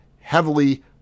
heavily